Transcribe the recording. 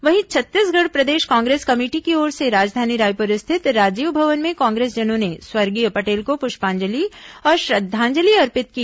वहीं छत्तीसगढ़ प्रदेश कांग्रेस कमेटी की ओर से राजधानी रायपुर स्थित राजीव भवन में कांग्रेसजनों ने स्वर्गीय पटेल को पुष्पांजलि और श्रद्धांजलि अर्पित की